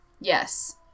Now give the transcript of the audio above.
Yes